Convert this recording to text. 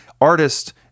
artists